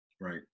Right